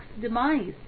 demise